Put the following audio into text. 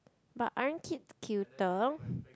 but aren't kids cuter